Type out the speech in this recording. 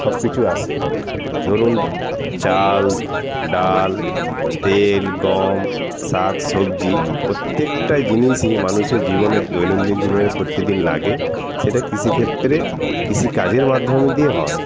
সব কিছু আসে ধরুন চাল ডাল তেল গম শাক সবজি প্রত্যেকটা জিনিসই মানুষের জীবনে দৈনন্দিন জীবনে প্রতিদিন লাগে সেটা কৃষি ক্ষেত্রে কৃষি কাজের মাধ্যম দিয়ে হয়